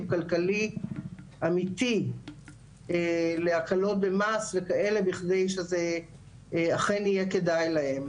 כלכלי אמיתי להקלות במס וכאלה בכדי שזה אכן יהיה כדאי להם.